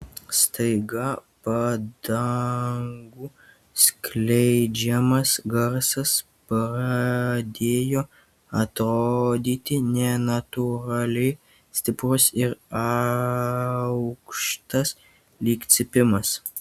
staiga padangų skleidžiamas garsas pradėjo atrodyti nenatūraliai stiprus ir aukštas lyg cypimas